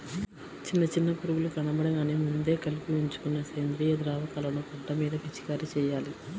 చిన్న పురుగులు కనబడగానే ముందే కలిపి ఉంచుకున్న సేంద్రియ ద్రావకాలను పంట మీద పిచికారీ చెయ్యాలి